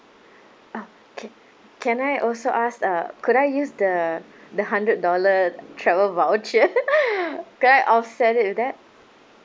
oh okay can I also ask uh could I use the the hundred dollar travel voucher could I offset it with that